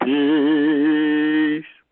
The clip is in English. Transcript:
Peace